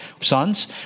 sons